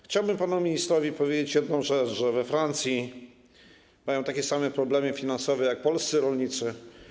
Chciałbym panu ministrowi powiedzieć jedną rzecz, że we Francji rolnicy mają takie same problemy finansowe jak polscy rolnicy.